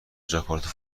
جاکارتا